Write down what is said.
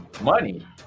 money